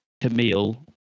Camille